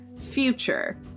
future